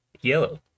yellow